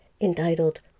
entitled